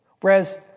whereas